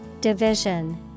Division